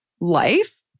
life